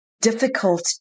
difficult